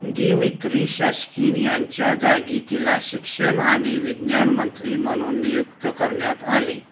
Dmitry Shashkin यांच्या जागी तिला शिक्षण आणि विज्ञान मंत्री म्हणून नियुक्त करण्यात आले